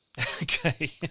Okay